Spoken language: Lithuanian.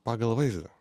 pagal vaizdą